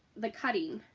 the cutting